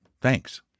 thanks